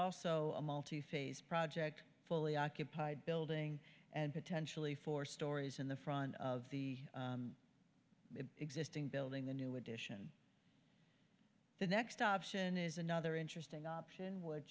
also a multi phase project fully occupied building and potentially four stories in the front of the existing building the new addition the next option is another interesting option w